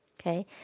okay